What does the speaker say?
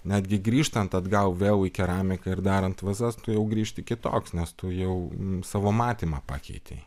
netgi grįžtant atgal vėl į keramiką ir darant vazas tu jau grįžti kitoks nes tu jau savo matymą pakeitei